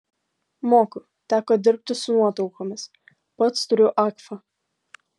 moku teko dirbti su nuotraukomis pats turiu agfa